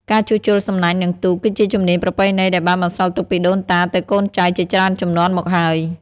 ការជួសជុលសំណាញ់ និងទូក គឺជាជំនាញប្រពៃណីដែលបានបន្សល់ទុកពីដូនតាទៅកូនចៅជាច្រើនជំនាន់មកហើយ។